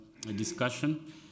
discussion